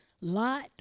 Lot